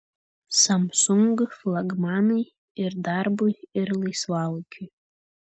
samsung flagmanai ir darbui ir laisvalaikiui